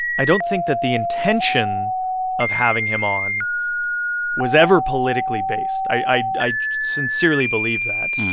i don't think that the intention of having him on was ever politically based. i i sincerely believe that.